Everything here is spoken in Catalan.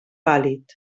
pàl·lid